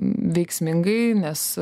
veiksmingai nes